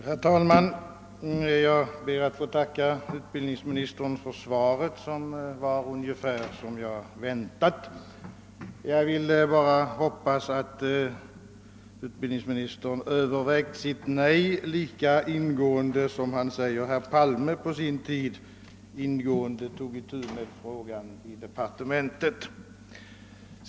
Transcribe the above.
Herr talman! Jag ber att få tacka utbildningsministern för svaret, som var ungefär sådant som jag väntat. Jag hoppas bara att utbildningsministern har övervägt sitt nej lika grundligt som han säger att herr Palme på sin tid tog itu med frågan i departementet.